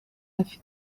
afite